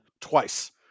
twice